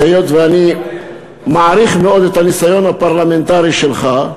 היות שאני מעריך מאוד את הניסיון הפרלמנטרי שלך,